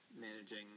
managing